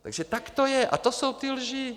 Takže tak to je a to jsou ty lži.